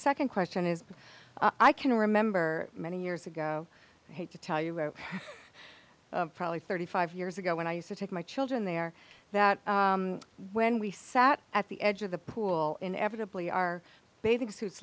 second question is i can remember many years ago i hate to tell you probably thirty five years ago when i used to take my children there that when we sat at the edge of the pool inevitably our bathing suits